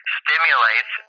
stimulates